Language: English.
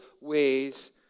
ways